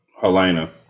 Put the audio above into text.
Helena